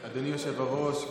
אדוני היושב-ראש,